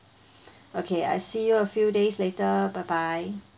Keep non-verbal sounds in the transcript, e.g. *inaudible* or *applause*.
*breath* okay I see you a few days later bye bye